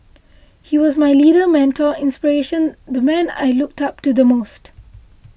he was my leader mentor inspiration the man I looked up to the most